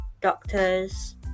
doctors